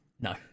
no